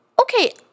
Okay